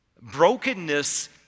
Brokenness